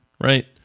right